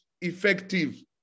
effective